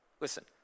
listen